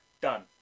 Done